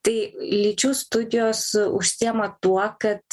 tai lyčių studijos užsiėma tuo kad